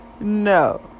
no